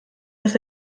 das